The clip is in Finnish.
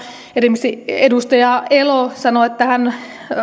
esimerkiksi edustaja elo sanoi että